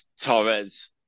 Torres